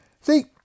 See